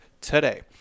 today